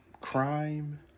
Crime